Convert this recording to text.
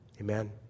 Amen